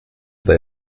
they